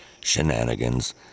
shenanigans